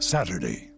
Saturday